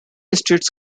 estates